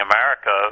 America